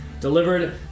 delivered